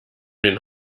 den